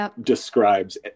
describes